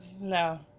no